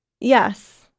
Yes